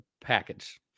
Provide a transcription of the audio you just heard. package